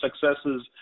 successes